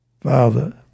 Father